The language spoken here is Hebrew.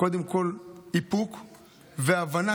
קודם כול איפוק והבנה,